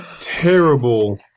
terrible